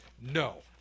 no